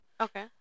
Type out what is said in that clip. Okay